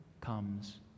comes